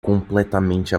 completamente